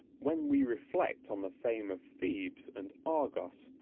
when we reflect on the fame of thebes and argos,